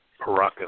Paracas